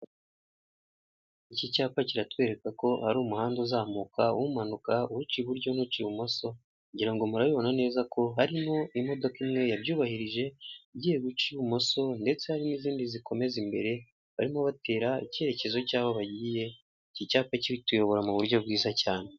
Iki cyapa kiratwereka ko hari umuhanda uzamuka umanuka uca iburyo nuca ibumoso ngirango murabobona neza ko harimo imodoka imwe yabyubahirije igiye guca ibumoso ndetse hari nizindi zikomeza imbere barimo batera icyerekezo cyaho bagiye iki cyapa kituyobora mu buryo bwiza cyane.